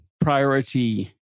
priority